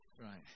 Right